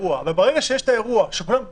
שיש את האירוע שכולם רוקדים,